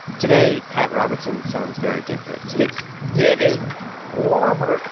today pat robertson sounds very different it's getting warmer,